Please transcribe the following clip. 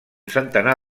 centenar